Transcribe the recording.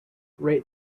rate